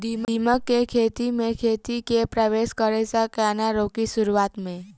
दीमक केँ गेंहूँ केँ खेती मे परवेश करै सँ केना रोकि शुरुआत में?